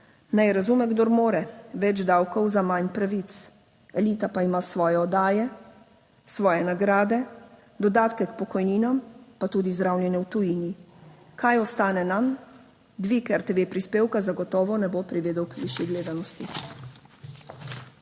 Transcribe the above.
Naj razume, kdor more, več davkov za manj pravic. Elita pa ima svoje oddaje. Svoje nagrade, dodatke k pokojninam, pa tudi zdravljenje v tujini. Kaj ostane nam? Dvig RTV prispevka zagotovo ne bo privedel k višji gledanosti.